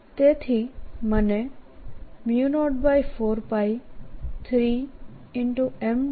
તેથી મને 04π3m